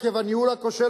עקב הניהול הכושל,